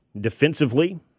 defensively